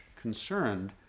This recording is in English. concerned